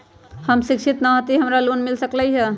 हम शिक्षित न हाति तयो हमरा लोन मिल सकलई ह?